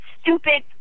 stupid